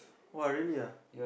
!wah! really ah